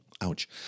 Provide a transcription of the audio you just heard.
Ouch